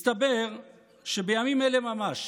מסתבר שבימים אלה ממש